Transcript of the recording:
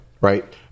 Right